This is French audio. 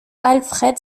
alfred